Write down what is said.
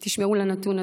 תשמעו את הנתון הזה: